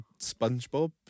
SpongeBob